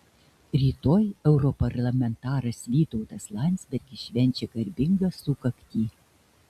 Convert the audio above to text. rytoj europarlamentaras vytautas landsbergis švenčia garbingą sukaktį